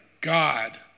God